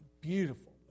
beautiful